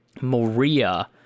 Maria